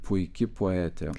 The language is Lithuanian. puiki poetė